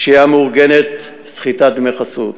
פשיעה מאורגנת, סחיטת דמי חסות,